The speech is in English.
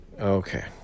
Okay